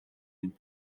энэ